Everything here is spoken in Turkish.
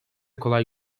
kolay